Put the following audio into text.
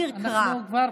אנחנו כבר,